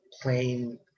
plain